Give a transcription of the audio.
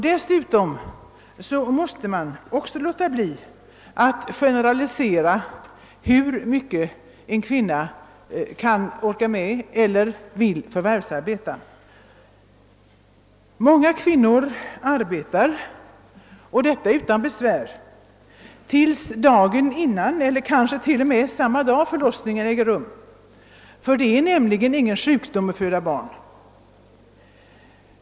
Dessutom måste man låta bli att generalisera när det gäller den tid som en kvinna orkar eller vill förvärvsarbeta. Många kvinnor arbetar — och detta utan besvär — till dagen innan eller kanske rent av samma dag som förlossningen äger rum. Det är nämligen ingen sjukdom att föda barn.